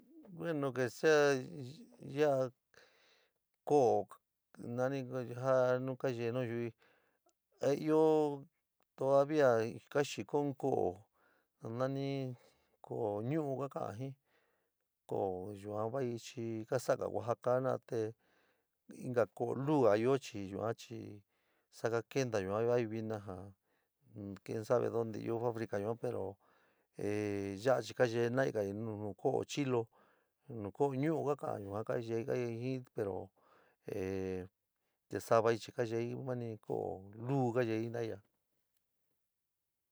Bueno, o sea yaa, ko´o ja nani nu kayee nayiu yo´o a io todavía kaxico in ko´o ja nani ko´o ñuu ja kakoó sii koio yua noni ichi kasaga oaxaca jena´ate inka koio yuga io chi yua chi sasta kinta vor vai vino quien sabe donde io fabrica yua pero ee yora chi kayee noiga noni koto chito no koto vou kakota yua kayeeagai sii pero ee te savoi chi kayei mani ko´o iuu kayeei jena´ai.